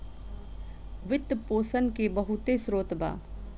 वित्त पोषण के बहुते स्रोत बा